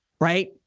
right